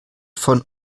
von